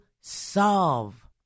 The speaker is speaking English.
solve